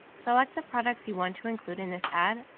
select the products you want to include in this ad,